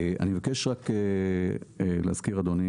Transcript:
אני מבקש רק להזכיר אדוני